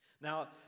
Now